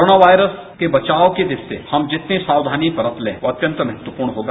corona virus के बचाव की दृष्टि से हम जितनी साक्षानी बरत लें वह अत्यंत महत्वपूर्ण होगा